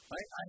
Right